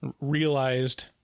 realized